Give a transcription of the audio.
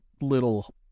little